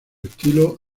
estilo